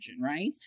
right